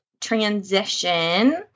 transition